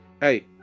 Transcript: Hey